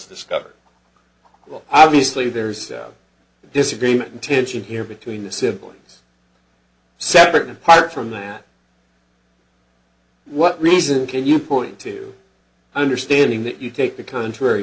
this covered well obviously there's disagreement and tension here between the siblings separate and apart from that what reason can you point to understanding that you take the contrary